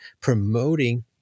promoting